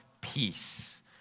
peace